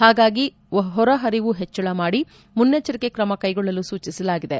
ಹಾಗಾಗಿ ಹೊರ ಹರಿವು ಹೆಚ್ಚಳ ಮಾಡಿ ಮುನ್ನೆಚ್ಚರಿಕೆ ಕ್ರಮ ಕೈಗೊಳ್ಳಲು ಸೂಚಿಸಲಾಗಿದೆ